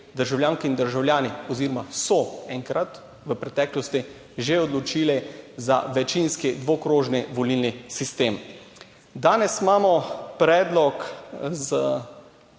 državljanke in državljani oziroma so enkrat v preteklosti že odločili za večinski dvokrožni volilni sistem. **27. TRAK: (SC) –